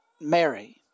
mary